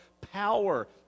power